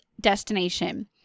destination